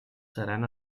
seran